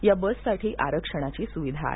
या बससाठी आरक्षणाची सुविधा आहे